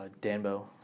Danbo